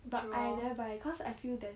but I never buy cause I feel that